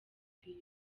mupira